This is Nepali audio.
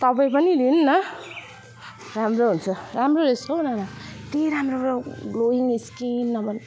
तपाईँ पनि लिनु न राम्रो हुन्छ राम्रो रहेछ हौ नाना यत्ति राम्रो ग्लोइङ स्किन नभन्नू